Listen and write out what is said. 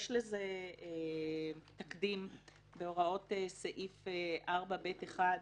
יש לזה תקדים בהוראות סעיף 4ב(1)